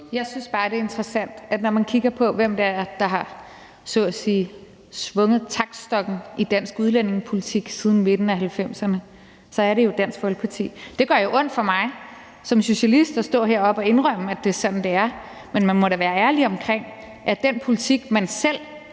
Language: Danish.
Jeg synes bare, det er interessant. Når man kigger på, hvem det er, der så at sige har svunget taktstokken i dansk udlændingepolitik siden midten af 1990'erne, så er det jo Dansk Folkeparti. Det gør jo ondt på mig som socialist at stå heroppe og indrømme, at det er sådan, det er, men man må da være ærlig omkring, at den politik, som man selv